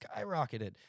skyrocketed